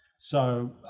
so,